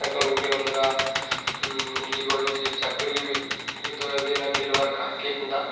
ତାଙ୍କର ଗୋଟେ ଅଲଗା ଦିଗ ହେଇଯାଉଛି ଚାକିରୀ ବି ଭିତରେ ବି ନାଇ ମିଲ୍ବାର୍ କାହା କେ ହେନ୍ତା